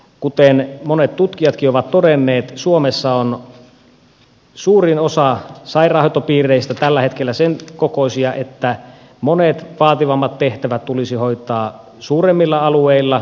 kuten monet tutkijatkin ovat todenneet suomessa on suurin osa sairaanhoitopiireistä tällä hetkellä sen kokoisia että monet vaativammat tehtävät tulisi hoitaa suuremmilla alueilla